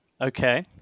Okay